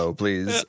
please